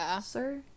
sir